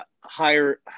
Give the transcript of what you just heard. higher